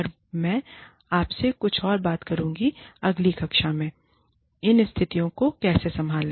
और मैं आपसे कुछ और बात करूंगा कि अगली कक्षा में इन स्थितियों को कैसे संभालें